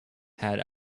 had